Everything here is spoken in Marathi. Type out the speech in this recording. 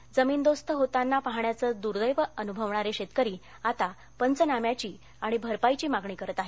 पिकं जमीनदोस्त होताना पाहण्याचं दुर्दैव अनुभवणारे शेतकरी आता पंचनाम्याची आणि भरपाईची मागणी करत आहेत